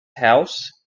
house